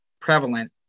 prevalent